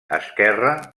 esquerra